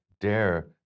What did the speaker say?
dare